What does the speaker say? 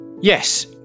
Yes